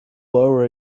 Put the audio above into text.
lower